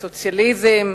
הסוציאליזם,